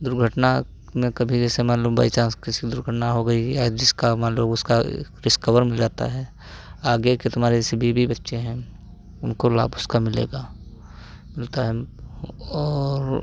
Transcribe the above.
दुर्घटना में कभी जैसे मान लो बाय चांस किसी दुर्घटना हो गई या जिसका मान लो उसका रिस्क कवर मिल जाता है आगे के तुम्हारे जैसे बीवी बच्चे हैं उनको लाभ उसका मिलेगा मिलता है और